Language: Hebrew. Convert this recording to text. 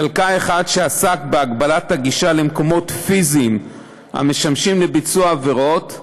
חלקה האחד עסק בהגבלת הגישה למקומות פיזיים המשמשים לביצוע עבירות,